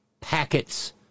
packets